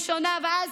ראשונה ואז,